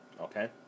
okay